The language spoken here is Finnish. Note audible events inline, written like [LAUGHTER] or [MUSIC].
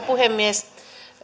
[UNINTELLIGIBLE] puhemies